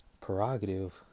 prerogative